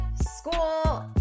school